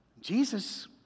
Jesus